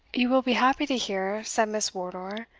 you will be happy to hear, said miss wardour,